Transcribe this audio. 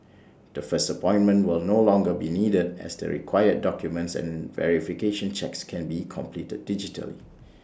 the first appointment will no longer be needed as the required documents and verification checks can be completed digitally